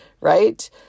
right